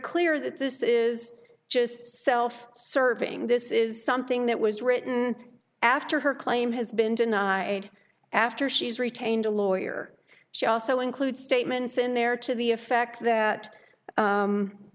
clear that this is just self serving this is something that was written after her claim has been denied after she's retained a lawyer she also include statements in there to the effect that